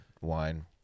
Wine